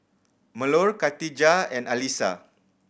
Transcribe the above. Melur Khatijah and Alyssa